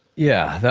yeah,